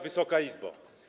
Wysoka Izbo!